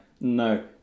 no